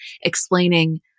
explaining